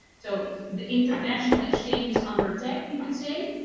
so the international exchange is under attack, we could say.